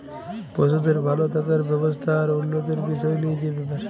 পশুদের ভাল থাকার ব্যবস্থা আর উল্যতির বিসয় লিয়ে যে ব্যাপার